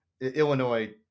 Illinois